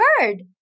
heard